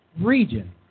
region